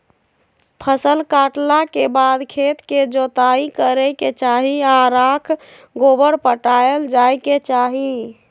फसल काटला के बाद खेत के जोताइ करे के चाही आऽ राख गोबर पटायल जाय के चाही